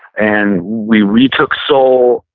and we retook seoul.